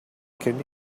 can